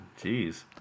Jeez